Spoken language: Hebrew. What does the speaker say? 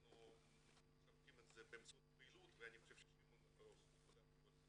אנחנו משווקים את זה באמצעות הפעילות ושמעון אולי ירחיב